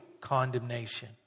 condemnation